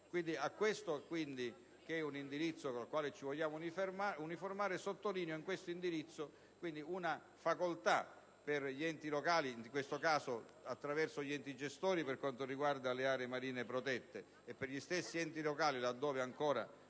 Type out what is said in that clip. in questo che è un indirizzo con il quale ci vogliamo uniformare, sottolineo la facoltà per gli enti locali (in questo caso attraverso gli enti gestori per quanto riguarda le aree marine protette e per gli stessi enti locali laddove non